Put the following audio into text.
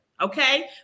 Okay